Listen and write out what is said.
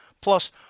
Plus